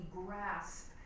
grasp